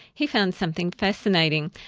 he found something fascinating.